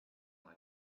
like